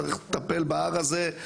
צריך לטפל בהר הזה.